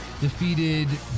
defeated